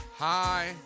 Hi